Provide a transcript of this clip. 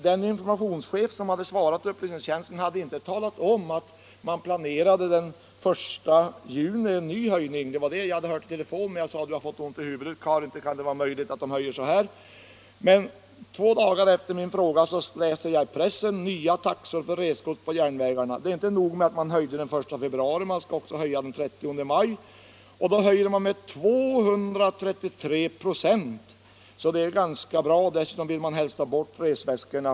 Den informationschef som svarade upplysningstjänsten hade inte talat om att SJ planerade en ny höjning den 1 juni. Det hade jag emellertid hört i telefon, men jag hade då sagt: Du har fått ont i huvudet, karl, inte kan SJ höja igen. Två dagar efter min fråga stod det i pressen: ”Nya taxor för resgods på järnvägar.” Det är inte nog med att SJ höjde den 1 februari. Man skall också höja den 1 juni och då höjer man med 233 ".. Dessutom vill man helst helt ha bort resväskorna.